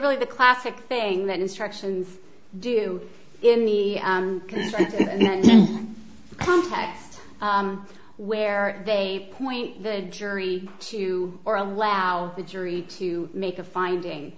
really the classic thing that instructions do in the context where they point the jury to or allow the jury to make a finding